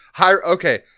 Okay